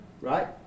Right